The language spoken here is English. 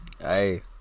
Hey